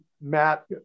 Matt